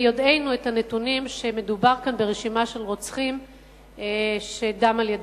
ביודענו את הנתונים שמדובר כאן ברשימה של רוצחים שדם על ידיהם.